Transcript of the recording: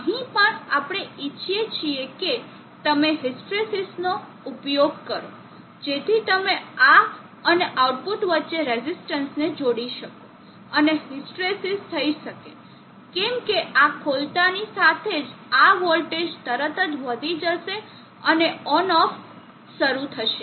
અહીં પણ આપણે ઇચ્છીએ છીએ કે તમે હિસ્ટ્રેસિસનો ઉપયોગ કરો જેથી તમે આ અને આઉટપુટ વચ્ચે રેઝિસ્ટન્સને જોડી શકો અને હિસ્ટ્રેસીસ થઈ શકે કેમ કે આ ખોલતાંની સાથે જ આ વોલ્ટેજ તરત જ વધી જશે અને ઓનઓફ શરૂ થશે